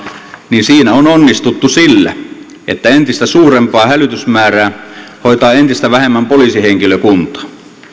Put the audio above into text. niin siinä on onnistuttu sillä että entistä suurempaa hälytysmäärää hoitaa entistä vähemmän poliisihenkilökuntaa